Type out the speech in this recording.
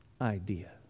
idea